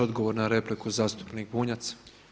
Odgovor na repliku zastupnik Bunjac.